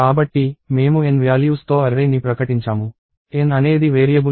కాబట్టి మేము n విలువల తో అర్రే ని ప్రకటించాము n అనేది వేరియబుల్ కాదు